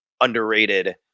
underrated